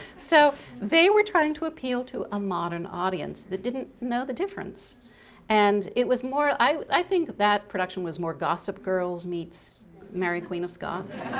so they were trying to appeal to a modern audience that didn't know the difference and it was more, i think that production was more gossip girls meets mary queen of scots,